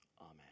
Amen